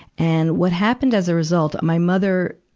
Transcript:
and, what happened as a result, my mother,